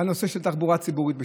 בנושא של תחבורה ציבורית בשבת,